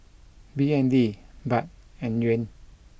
B N D baht and yuan